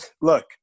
look